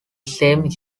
same